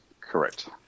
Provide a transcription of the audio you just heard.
correct